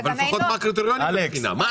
אבל לפחות מה הקריטריונים לבחינה?